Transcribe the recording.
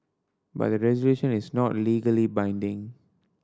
but the resolution is not legally binding